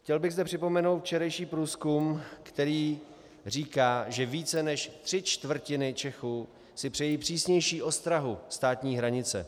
Chtěl bych zde připomenout včerejší průzkum, který říká, že víc než tři čtvrtiny Čechů si přejí přísnější ostrahu státní hranice.